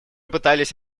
пытались